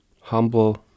humble